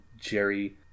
Jerry